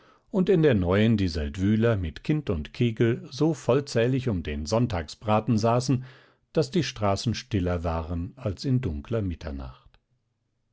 und in der neuen die seldwyler mit kind und kegel so vollzählig um den sonntagsbraten saßen daß die straßen stiller waren als in dunkler mitternacht